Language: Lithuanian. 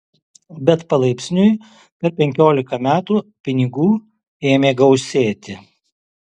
bet palaipsniui per penkiolika metų pinigų ėmė gausėti